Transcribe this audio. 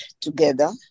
together